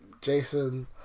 Jason